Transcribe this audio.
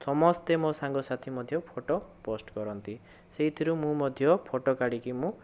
ସମସ୍ତେ ମୋ ସାଙ୍ଗସାଥି ମଧ୍ୟ ଫୋଟୋ ପୋଷ୍ଟ କରନ୍ତି ସେହିଥିରୁ ମୁଁ ମଧ୍ୟ ଫୋଟୋ କାଢ଼ିକି ମୁଁ